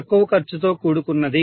తక్కువ ఖర్చుతో కూడుకున్నది